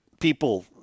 people